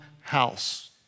house